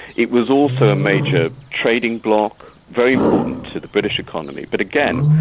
it was also a major trading bloc, very important to the british economy. but, again,